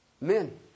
Men